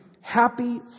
happy